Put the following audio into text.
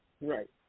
Right